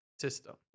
system